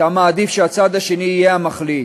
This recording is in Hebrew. אתה מעדיף שהצד השני יהיה המחליט.